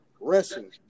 wrestling